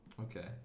Okay